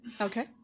Okay